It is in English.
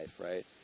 right